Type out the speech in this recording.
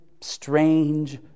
strange